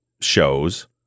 shows